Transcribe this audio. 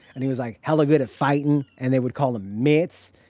and he was like hella good at fighting. and they would call him mitts,